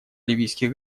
ливийских